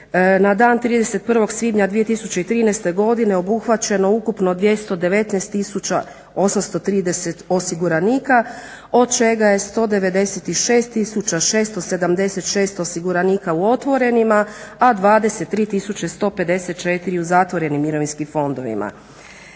na dan 31. svibnja 2013. godine obuhvaćeno ukupno 219 830 osiguranika, od čega je 196 676 osiguranika u otvorenima, a 23 154 u zatvorenim mirovinskim fondovima.